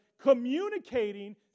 communicating